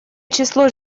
число